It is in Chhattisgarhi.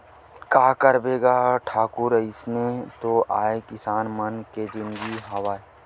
का करबे गा ठाकुर अइसने तो आय किसान मन के जिनगी हवय